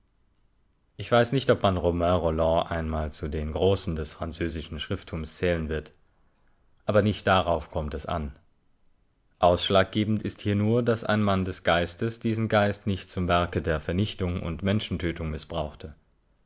ich weiß nicht ob man romain rolland einmal zu den großen des französischen schrifttums zählen wird aber nicht darauf kommt es an ausschlaggebend ist hier nur daß ein mann des geistes diesen geist nicht zum werke der vernichtung und menschentötung mißbrauchte